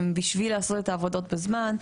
בשביל לעשות את העבודות בזמן.